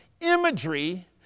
imagery